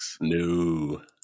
No